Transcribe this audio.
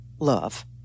love